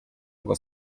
ngo